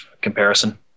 comparison